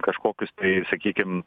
kažkokius tai sakykim